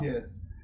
Yes